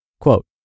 Quote